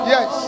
Yes